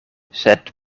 sed